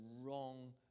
wrong